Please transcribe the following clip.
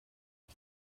ich